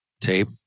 tape